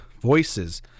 voices